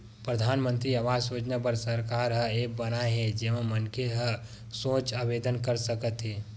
परधानमंतरी आवास योजना बर सरकार ह ऐप बनाए हे जेमा मनखे ह सोझ आवेदन कर सकत हे